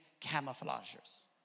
camouflagers